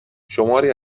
شماری